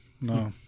No